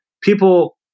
people